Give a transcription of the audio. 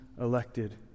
elected